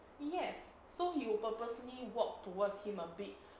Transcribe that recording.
yes so you purposely walk towards him a bit